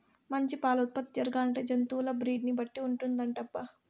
మంచి పాల ఉత్పత్తి జరగాలంటే జంతువుల బ్రీడ్ ని బట్టి ఉంటుందటబ్బా